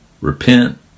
repent